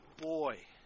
boy